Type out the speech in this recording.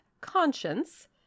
conscience